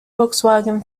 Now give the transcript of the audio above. volkswagen